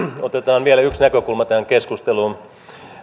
otetaan vielä yksi näkökulma tähän keskusteluun